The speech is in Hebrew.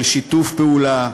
של שיתוף פעולה,